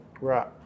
Right